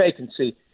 vacancy